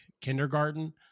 kindergarten